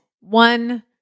one